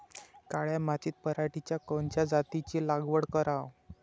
काळ्या मातीत पराटीच्या कोनच्या जातीची लागवड कराव?